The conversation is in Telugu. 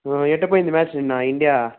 ఎటు పోయింది మ్యాచ్ నిన్న ఇండియా